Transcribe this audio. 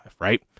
right